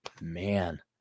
man